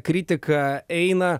kritika eina